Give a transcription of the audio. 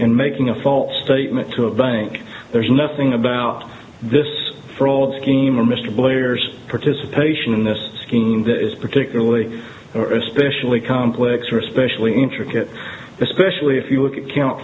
in making a false statement to a bank there's nothing about this fraud scheme or mr boyers participation in this scheme that is particularly or especially complex or especially intricate especially if you look at count